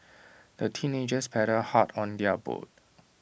the teenagers paddled hard on their boat